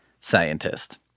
scientist